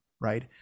Right